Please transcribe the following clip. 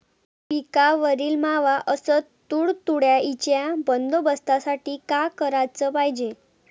पिकावरील मावा अस तुडतुड्याइच्या बंदोबस्तासाठी का कराच पायजे?